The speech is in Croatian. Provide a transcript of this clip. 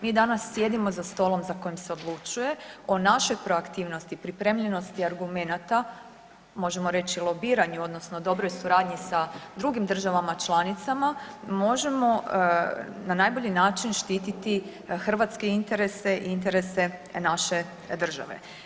Mi danas sjedimo za stolom za kojim se odlučuje o našoj proaktivnosti i pripremljenosti argumenata možemo reći lobiranju odnosno dobroj suradnji sa drugim državama članicama možemo na najbolji način štititi hrvatske interese i interese naše države.